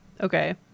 Okay